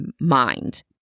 mind